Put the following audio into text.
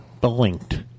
blinked